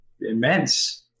immense